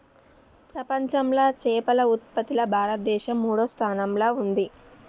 ప్రపంచంలా చేపల ఉత్పత్తిలా భారతదేశం మూడో స్థానంలా ఉంది